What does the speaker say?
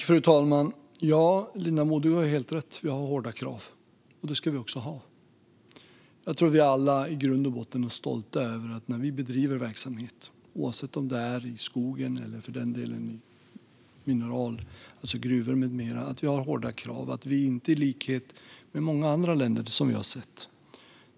Fru talman! Du har helt rätt, Linda Modig. Vi har hårda krav. Det ska vi också ha. Jag tror att vi alla i grund och botten är stolta över att när vi bedriver verksamhet - oavsett om det är i skogen eller för den delen om det gäller mineral i gruvor med mera - har vi hårda krav. Vi gör inte i likhet med många andra länder som jag har sett.